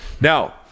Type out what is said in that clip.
Now